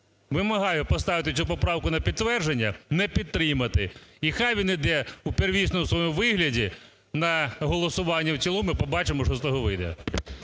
Вимагаю поставити цю поправку на підтвердження, не підтримати і хай він іде у первинному своєму вигляді на голосування в цілому і побачимо, що з того вийде.